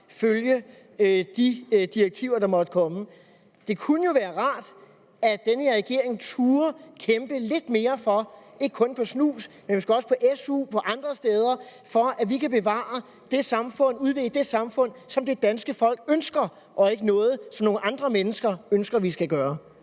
følge de direktiver, der måtte komme? Det kunne jo være rart, at den her regering turde kæmpe lidt mere, ikke kun for snus, men måske også for SU og andre ting, for at vi kan bevare det samfund og udvikle det samfund, som det danske folk ønsker, og ikke gøre noget, som nogle andre mennesker ønsker vi skal gøre.